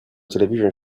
television